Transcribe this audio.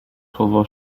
słowo